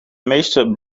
meeste